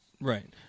right